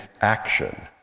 action